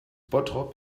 bottrop